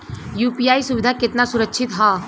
UPI सुविधा केतना सुरक्षित ह?